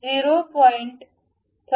32 मिमी असेल